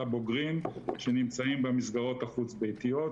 הבוגרים שנמצאים במסגרות החוץ-ביתיות,